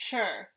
Sure